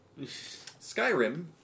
Skyrim